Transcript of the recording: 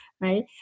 right